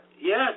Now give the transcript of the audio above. Yes